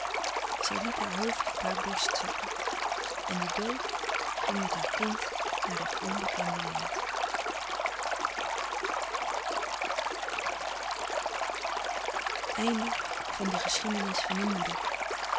zij liet haar hoofd op haar borst zakken en de dood ging met haar kind naar het onbekende land